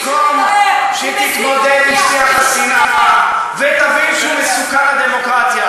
במקום שתתמודד עם שיח השנאה ותבין שזה מסוכן לדמוקרטיה,